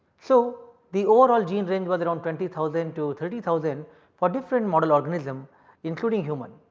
so, the overall genes range was around twenty thousand to thirty thousand for different model organism including human.